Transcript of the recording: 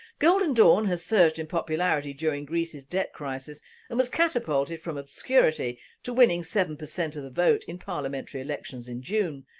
golden dawn has surged in popularity during greece's debt crisis and was catapulted from obscurity to winning seven percent of the vote in parliamentary elections in june,